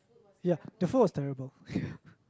ya the food was terrible